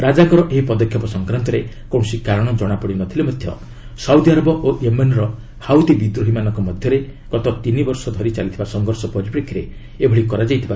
ରାଜାଙ୍କର ଏହି ପଦକ୍ଷେପ ସଂକ୍ରାନ୍ତରେ କୌଣସି କାରଣ ଜଣାପଡ଼ି ନଥିଲେ ମଧ୍ୟ ସାଉଦି ଆରବ ଓ ୟେମେନ୍ର ହାଇତି ବିଦ୍ରୋହୀମାନଙ୍କ ମଧ୍ୟରେ ତିନିବର୍ଷ ଧରି ଚାଲିଥିବା ସଂଘର୍ଷ ପରିପ୍ରେକ୍ଷୀରେ ଏହା ହୋଇଥିବା ଅନୁମାନ କରାଯାଉଛି